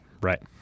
Right